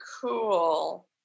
cool